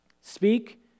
Speak